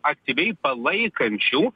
aktyviai palaikančių